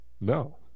No